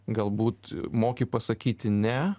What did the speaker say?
galbūt moki pasakyti ne